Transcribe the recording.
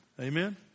Amen